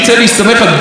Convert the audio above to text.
או בגרמניה,